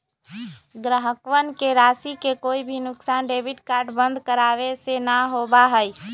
ग्राहकवन के राशि के कोई भी नुकसान डेबिट कार्ड बंद करावे से ना होबा हई